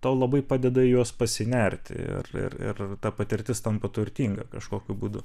tau labai padeda juos pasinerti ir ir ta patirtis tampa turtinga kažkokiu būdu